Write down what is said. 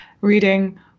reading